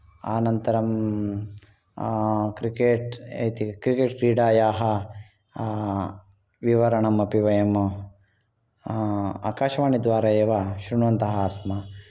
अनन्तरं क्रिकेट् क्रिकेटक्रीडायाः विवरणमपि वयम् आकाशवाणीद्वारा एव शृण्वन्तः आस्म